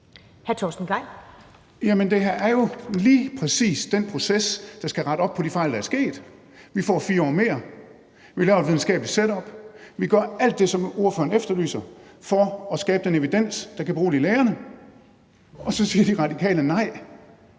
Jamen det her er jo lige præcis den proces, der skal rette op på de fejl, der er sket. Vi får 4 år mere. Vi laver et videnskabeligt setup. Vi gør alt det, som ordføreren efterlyser, for at skabe den evidens, der kan berolige læger – og så siger De Radikale nej.